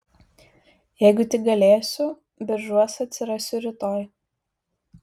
jeigu tik galėsiu biržuos atsirasiu rytoj